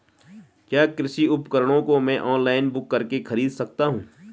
क्या कृषि उपकरणों को मैं ऑनलाइन बुक करके खरीद सकता हूँ?